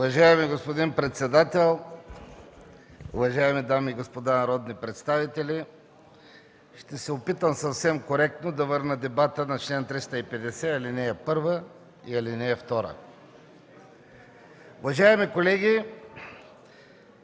Уважаеми господин председател, уважаеми дами и господа народни представители! Ще се опитам съвсем коректно да върна дебата на чл. 350, ал. 1 и ал. 2. Уважаеми колеги,